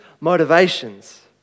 motivations